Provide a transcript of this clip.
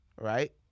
right